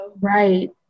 right